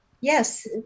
Yes